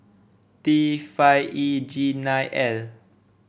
T five E G nine L